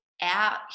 out